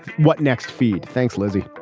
what next feed. thanks, lizzie.